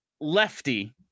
Lefty